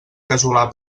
casolà